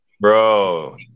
Bro